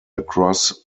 across